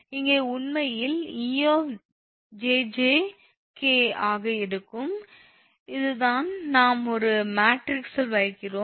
இங்கே உண்மையில் 𝑒 𝑗𝑗 𝑘 ஆக இருக்கும் இதுதான் நாம் ஒரு மேட்ரிக்ஸில் வைக்கிறோம்